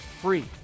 free